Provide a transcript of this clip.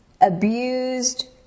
abused